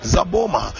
Zaboma